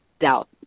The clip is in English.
doubt